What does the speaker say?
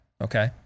Okay